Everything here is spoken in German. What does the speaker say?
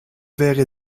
wäre